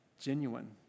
genuine